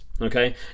Okay